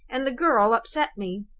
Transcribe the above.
and the girl upset me.